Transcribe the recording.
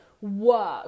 work